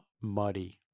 muddy